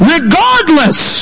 Regardless